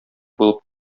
булып